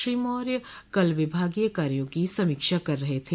श्री मौय कल विभागीय कार्यों की समीक्षा कर रहे थे